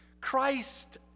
Christ